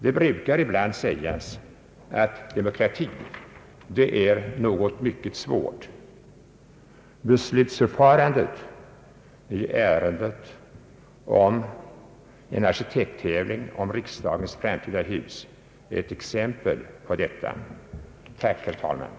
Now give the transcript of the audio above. Det brukar ibland sägas att demokrati är något mycket svårt. Beslutsförfarandet i ärendet om arkitekttävling angående riksdagens framtida hus är ett exempel på detta. Tack herr talman!